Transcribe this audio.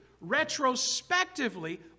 retrospectively